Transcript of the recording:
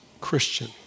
Christian